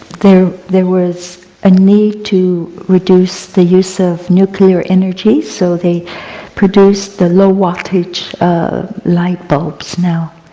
there there was a need to reduce the use of nuclear energy, so they produced the low wattage light bulbs now.